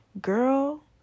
Girl